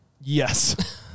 Yes